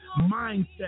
mindset